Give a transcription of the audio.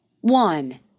one